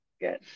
Good